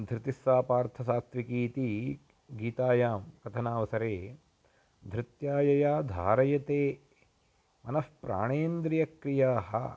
धृतिस्सा पार्थ सात्त्विकी इति गीतायां कथनावसरे धृत्या यया धार्यते मनः प्राणेन्द्रियक्रियाः